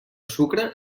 sucre